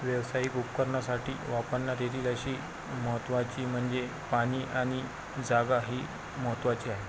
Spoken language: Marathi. व्यावसायिक उपकरणासाठी वापरण्यात येतील अशी महत्त्वाची म्हणजे पाणी आणि जागा ही महत्त्वाची आहे